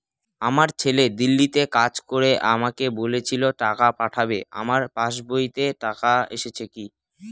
আমার ছেলে দিল্লীতে কাজ করে আমাকে বলেছিল টাকা পাঠাবে আমার পাসবইতে টাকাটা এসেছে কি?